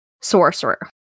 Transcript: sorcerer